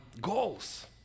goals